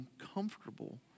uncomfortable